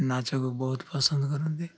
ନାଚକୁ ବହୁତ ପସନ୍ଦ କରନ୍ତି